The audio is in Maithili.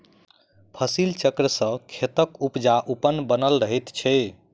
फसिल चक्र सॅ खेतक उपजाउपन बनल रहैत छै